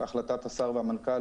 בהחלטת השר והמנכ"ל,